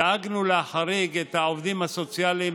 דאגנו להחריג את העובדים הסוציאליים,